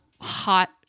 hot